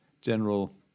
general